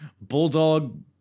Bulldog